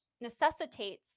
necessitates